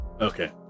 Okay